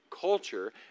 culture